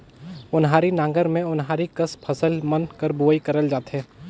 ओन्हारी नांगर मे ओन्हारी कस फसिल मन कर बुनई करल जाथे